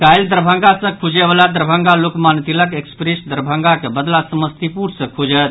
काल्हि दरभंगा सँ खुजयवला दरभंगा लोकमान्य तिलक एक्सप्रेस दरभंगाक बदला समस्तीपुर सँ खुजत